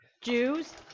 Jews